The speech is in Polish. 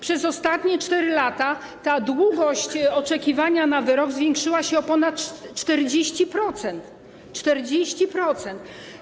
Przez ostatnie 4 lata ta długość oczekiwania na wyrok zwiększyła się o ponad 40%, 40%.